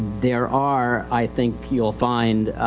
there are i think youill find,